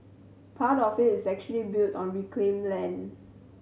part of it is actually built on reclaimed land